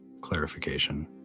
clarification